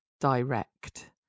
direct